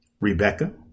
Rebecca